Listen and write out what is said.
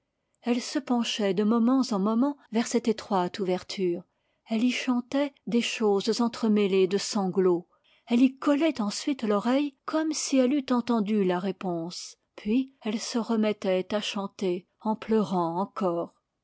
elle se penchait de momens en momens vers cette étroite ouverture elle y chantait des choses entremêlées de sanglots elle y collait ensuite l'oreille comme si elle eut entendu la réponse puis elle se remettait à chanter en pleurant encore